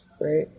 right